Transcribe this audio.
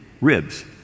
ribs